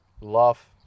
love